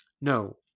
no